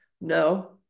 No